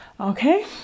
Okay